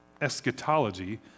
eschatology